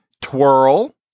Twirl